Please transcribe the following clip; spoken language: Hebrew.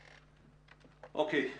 אוקיי.